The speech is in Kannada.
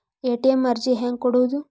ಎ.ಟಿ.ಎಂ ಅರ್ಜಿ ಹೆಂಗೆ ಕೊಡುವುದು?